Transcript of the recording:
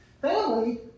Family